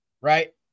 right